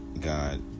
God